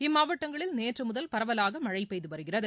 இம்மாவட்டங்களில் நேற்று முதல் பரவலாக மழை பெய்து வருகிறது